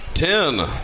Ten